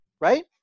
right